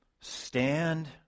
stand